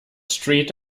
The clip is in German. street